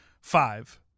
Five